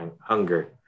hunger